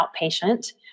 outpatient